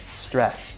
stress